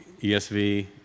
ESV